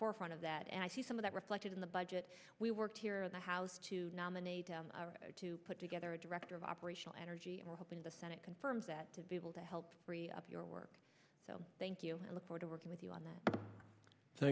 forefront of that and i see some of that reflected in the budget we worked here in the house to nominate to put together a director of operational energy and we're hoping the senate confirms that to be able to help free up your work so thank you i look forward to working with you on that